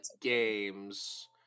games